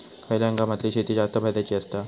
खयल्या हंगामातली शेती जास्त फायद्याची ठरता?